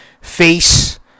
face